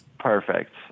Perfect